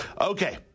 Okay